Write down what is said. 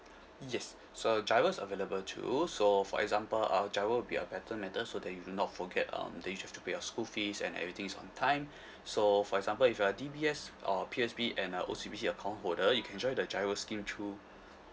yes so GIRO's available too so for example uh GIRO will be a better method so that you do not forget um that you've to pay your school fees and everything is on time so for example if you're a D_B_S or P_S_B and uh O_C_B_C account holder you can join the GIRO scheme through